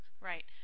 right